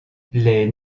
les